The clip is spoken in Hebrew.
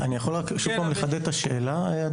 אני רק שוב אחדד את השאלה.